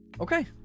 okay